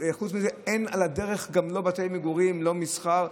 אין על הדרך לא בתי מגורים ולא מסחר.